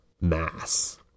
mass